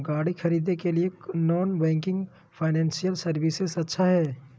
गाड़ी खरीदे के लिए कौन नॉन बैंकिंग फाइनेंशियल सर्विसेज अच्छा है?